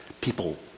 people